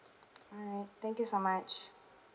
alright thank you so much